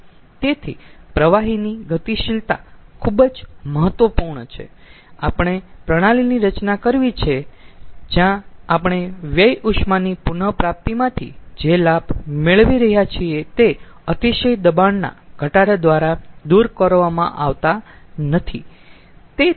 તેથી પ્રવાહીની ગતિશીલતા ખુબ જ મહત્વપૂર્ણ છે આપણે પ્રણાલીની રચના કરવી છે જ્યાં આપણે વ્યય ઉષ્માની પુન પ્રાપ્તિમાંથી જે લાભ મેળવી રહ્યા છીએ તે અતિશય દબાણના ઘટાડા દ્વારા દુર કરવામાં આવતા નથી